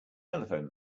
telephoned